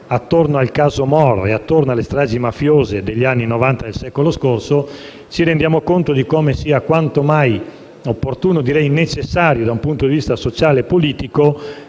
attorno al caso Moro e alle stragi mafiose degli anni Novanta del secolo scorso, ci rendiamo conto di come sia quanto mai opportuno e direi necessario, dal punto di vista sociale e politico,